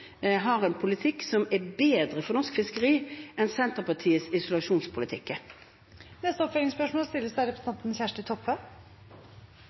har en politikk som er bedre for norsk fiskeri enn det Senterpartiets isolasjonspolitikk er. Kjersti Toppe – til oppfølgingsspørsmål.